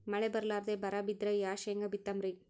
ಮಳಿ ಬರ್ಲಾದೆ ಬರಾ ಬಿದ್ರ ಯಾ ಶೇಂಗಾ ಬಿತ್ತಮ್ರೀ?